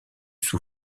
sous